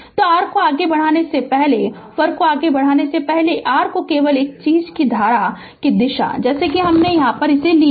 तो r को आगे बढ़ाने से पहले फर को आगे बढ़ने से पहले r को केवल एक चीज है कि धारा कि दिशा मैंने इस तरह ली है